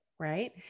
right